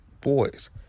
boys